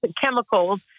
chemicals